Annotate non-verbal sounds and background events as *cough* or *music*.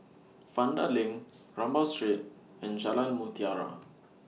Vanda LINK *noise* Rambau Street and Jalan Mutiara